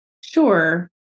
Sure